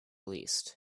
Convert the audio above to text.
least